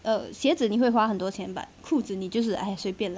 err 鞋子你会花很多钱 but 裤子你就是 !aiya! 随便 lah